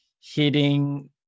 hitting